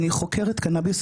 אני חוקרת קנאביס,